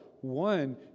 one